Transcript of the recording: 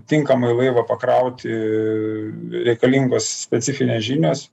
tinkamai laivą pakrauti reikalingos specifinės žinios